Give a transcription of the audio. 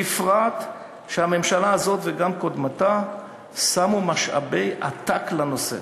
בפרט שהממשלה הזאת וגם קודמתה שמו משאבי עתק לנושא,